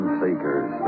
seekers